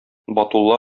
батулла